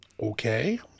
Okay